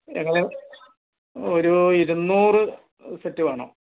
എങ്ങനെ ഒരു ഇരുന്നൂറ് സെറ്റ് വേണം